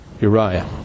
Uriah